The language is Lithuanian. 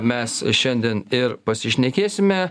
mes šiandien ir pasišnekėsime